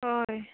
हय